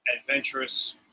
adventurous